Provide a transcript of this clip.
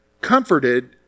comforted